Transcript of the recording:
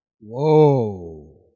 Whoa